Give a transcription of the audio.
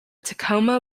tacoma